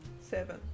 Seven